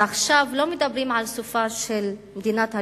ועכשיו לא מדברים על סופה של מדינת הרווחה,